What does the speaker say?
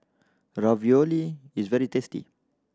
ravioli is very tasty